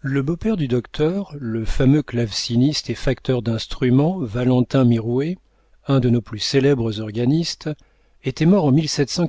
le beau-père du docteur le fameux claveciniste et facteur d'instruments valentin mirouët un de nos plus célèbres organistes était mort en laissant